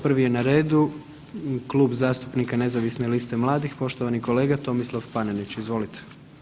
Prvi je na redu Klub zastupnika Nezavisne liste mladih, poštovani kolega Tomislav Panenić, izvolite.